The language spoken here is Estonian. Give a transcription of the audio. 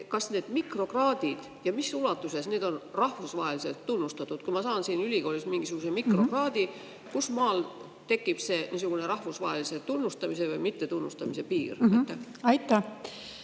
Kas mikrokraadid on või mis ulatuses need on rahvusvaheliselt tunnustatud? Kui ma saan siin ülikoolis mingisuguse mikrokraadi, kus siis on see rahvusvahelise tunnustamise või mittetunnustamise piir?